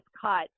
cut